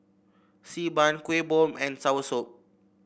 Xi Ban Kuih Bom and soursop